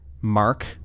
mark